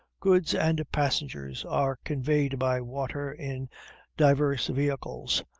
goods and passengers are conveyed by water in divers vehicles,